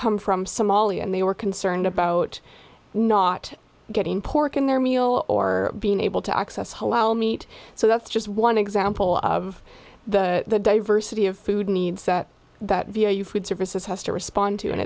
come from somalia and they were concerned about not getting pork in their meal or being able to access hello meat so that's just one example of the diversity of food needs that that be a you food services has to respond to and